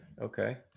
okay